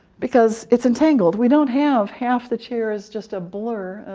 because it's entangled. we don't have half the chair is just a blur,